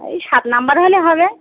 এই সাত নাম্বার হলে হবে